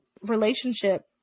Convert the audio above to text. relationship